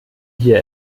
hier